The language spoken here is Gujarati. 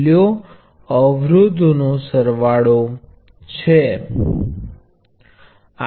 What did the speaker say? હવે આપણે સમાંતર પ્ર્વાહ સ્ત્રોતો જોઈએ છીએ